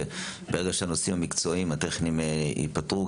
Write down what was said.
שברגע שהנושאים המקצועיים-הטכניים ייפתרו,